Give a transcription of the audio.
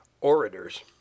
orators